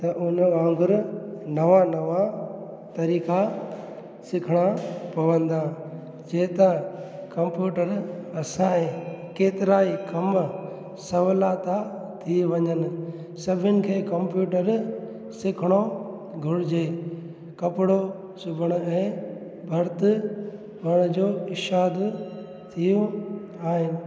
त उन वांगुरु नवा नवा तरीक़ा सिखणा पवंदा जे त कम्पयूटर असांजे केतिरा ई कमु सहुला था थी वञनि सभिनि खे कम्पयूटर सिखणो घुरिजे कपिड़ो सिबण ऐं भर्त वण जो ईशाद थियो आहे